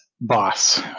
boss